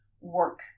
work